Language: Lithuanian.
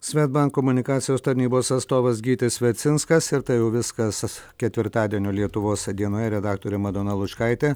svedbank komunikacijos tarnybos atstovas gytis vercinskas ir tai jau viskas ketvirtadienio lietuvos dienoje redaktorė madona lučkaitė